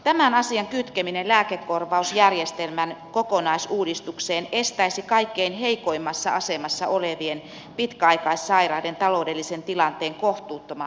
tämän asian kytkeminen lääkekorvausjärjestelmän kokonaisuudistukseen estäisi kaikkein heikoimmassa asemassa olevien pitkäaikaissairaiden taloudellisen tilanteen kohtuuttoman heikentymisen